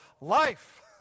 life